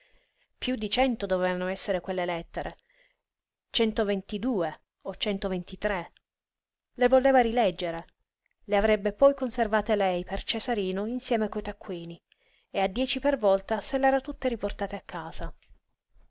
piú di cento dovevano essere quelle lettere centoventidue o centoventitré le voleva rileggere le avrebbe poi conservate lei per cesarino insieme coi taccuini e a dieci per volta se l'era tutte riportate a casa